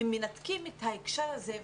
הם מנתקים את ההקשר הזה,